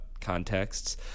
contexts